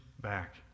back